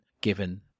given